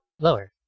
Lower